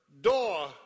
door